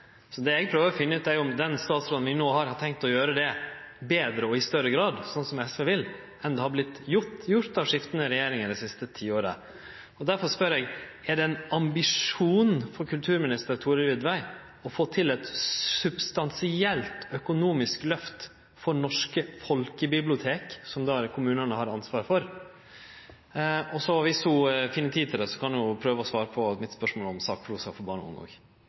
Så det eg prøver å finne ut, er om den statsråden vi no har, har tenkt å gjere dette betre og i større grad – sånn som SV vil – enn det som har vorte gjort av skiftande regjeringar det siste tiåret. Difor spør eg: Er det ein ambisjon for kulturminister Thorhild Widvey å få til eit substansielt økonomisk løft for norske folkebibliotek, som kommunane då har ansvaret for? Om ho finn tid til det, kan ho òg prøve å svare på spørsmålet mitt om sakprosa for barn og unge.